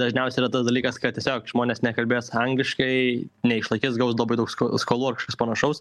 dažniausiai yra tas dalykas kad tiesiog žmonės nekalbės angliškai neišlaikys gaus labai daug skolų ar kažkas panašaus